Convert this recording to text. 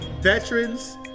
veterans